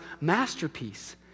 masterpiece